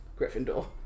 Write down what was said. Gryffindor